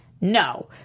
No